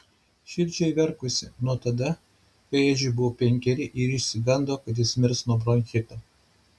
širdžiai verkusi nuo tada kai edžiui buvo penkeri ir ji išsigando kad jis mirs nuo bronchito